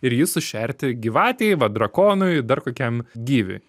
ir jį sušerti gyvatei va drakonui dar kokiam gyviui